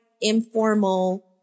informal